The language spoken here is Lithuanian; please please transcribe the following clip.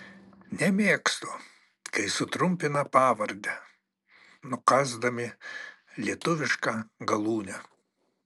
nemėgstu kai sutrumpina pavardę nukąsdami lietuvišką galūnę